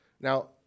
Now